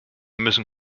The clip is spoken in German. müssen